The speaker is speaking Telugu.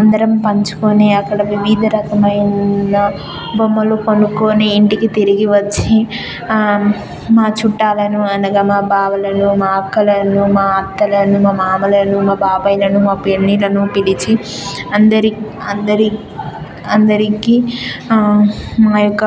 అందరం పంచుకొని అక్కడ వివిధ రకమైన బొమ్మలు కొనుక్కొని ఇంటికి తిరిగి వచ్చి మా చుట్టాలను అనగా మా బావలను మా అక్కలను మా అత్తలను మా మామలను మా బాబాయిలను మా పిన్నిలను పిలిచి అందరి అందరి అందరికీ మా యొక్క